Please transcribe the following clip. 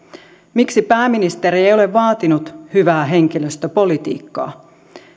miksi pääministeri ei ole vaatinut hyvää henkilöstöpolitiikkaa